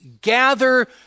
gather